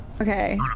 Okay